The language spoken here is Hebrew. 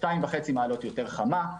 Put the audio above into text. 2.5 מעלות יותר חמה,